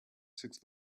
six